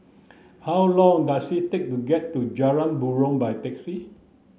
how long does it take to get to Jalan Buroh by taxi